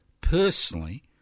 personally